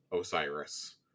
Osiris